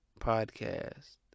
podcast